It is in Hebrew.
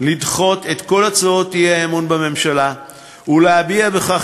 לדחות את כל הצעות האי-אמון בממשלה ולהביע בכך